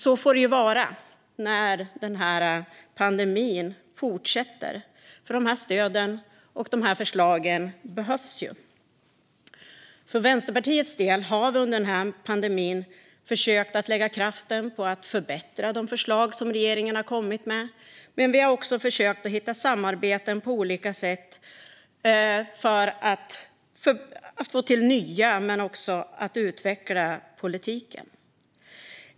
Så får det vara när pandemin fortsätter, för de här stöden och förslagen behövs. För Vänsterpartiets del har vi under pandemin försökt lägga kraften på att förbättra de förslag som regeringen har kommit med, men vi har också försökt hitta samarbeten på olika sätt för att få till nya förslag och utveckla politiken.